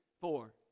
four